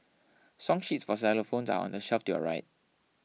song sheets for xylophones are on the shelf to your right